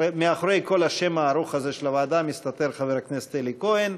מאחורי כל השם הארוך הזה של הוועדה מסתתר חבר הכנסת אלי כהן,